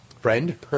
friend